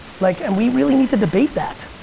like and we really need to debate that.